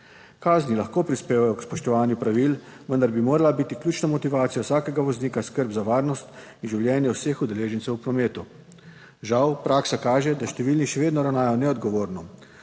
Kazni lahko prispevajo k spoštovanju pravil. Vendar bi morala biti ključna motivacija vsakega voznika skrb za varnost in življenje vseh udeležencev v prometu. Žal praksa kaže, da številni še vedno ravnajo neodgovorno.